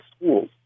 schools